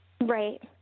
Right